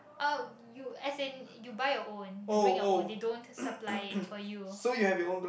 uh you as in you buy your own you bring your own they don't supply it for you